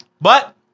But-